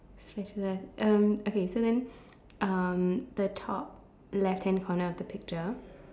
spatula um okay so then um the top left hand corner of the picture